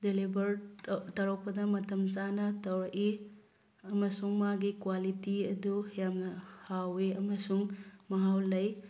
deliver ꯇꯧꯔꯛꯄꯗ ꯃꯇꯝ ꯆꯥꯅ ꯇꯧꯔꯛꯏ ꯑꯃꯁꯨꯡ ꯃꯥꯒꯤ ꯀ꯭ꯋꯥꯂꯤꯇꯤ ꯑꯗꯨ ꯌꯥꯝꯅ ꯍꯥꯎꯋꯤ ꯑꯃꯁꯨꯡ ꯃꯍꯥꯎ ꯂꯩ